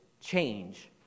change